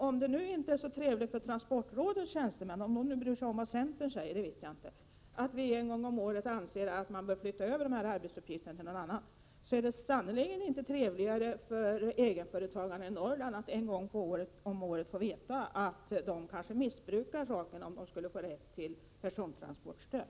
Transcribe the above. Om det nu inte är så trevligt för transportrådets tjänstemän — ifall de nu bryr sig om vad centern säger — att vi en gång om året anser att man bör flytta över transportrådets arbetsuppgifter till någon annan, är det sannerligen inte trevligare för egenföretagarna i Norrland att en gång om året få veta att de kanske skulle missbruka förmånen om de skulle få rätt till persontransportstöd.